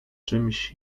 czymś